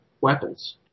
weapons